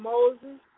Moses